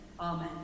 Amen